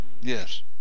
Yes